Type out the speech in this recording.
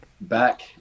back